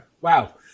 wow